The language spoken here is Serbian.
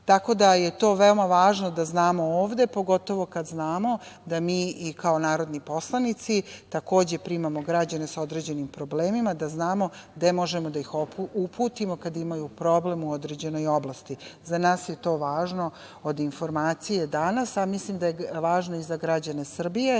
da je to veoma važno da znamo ovde, pogotovo kada znamo da mi i kao narodni poslanici takođe primamo građane sa određenim problemima, da znamo gde možemo da ih uputimo kada imaju problem u određenoj oblasti. Za nas je to važno od informacije danas, a mislim da je važno i za građane Srbije,